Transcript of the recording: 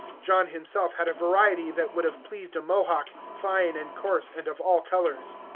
john himself had a variety that would have pleased a mohawk, fine and coarse and of all colors.